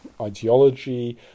ideology